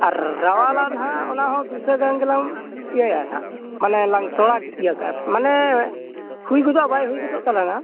ᱟᱨ ᱨᱟᱣᱟᱞᱟᱜ ᱱᱟᱦᱟᱜ ᱚᱱᱟ ᱦᱚᱸ ᱵᱤᱥᱟᱹ ᱜᱟᱱ ᱜᱮᱞᱟᱝ ᱤᱭᱟᱹᱭᱟ ᱦᱟᱜ ᱢᱟᱱᱮ ᱞᱟᱝ ᱛᱳᱲᱟ ᱤᱭᱟᱹ ᱠᱟᱜᱼᱟ ᱦᱩᱭ ᱜᱚᱫᱚᱜᱼᱟ ᱵᱟᱭ ᱦᱩᱭ ᱜᱚᱫᱚᱜ ᱛᱟᱞᱟᱝᱼᱟ